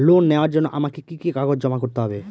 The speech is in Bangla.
লোন নেওয়ার জন্য আমাকে কি কি কাগজ জমা করতে হবে?